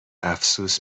افسوس